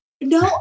No